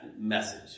message